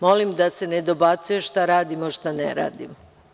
Molim da se ne dobacuje šta radimo, a šta ne radimo.